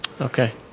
Okay